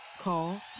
Call